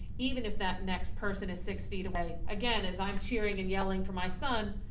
even if that next person is six feet away, again as i'm cheering and yelling for my son,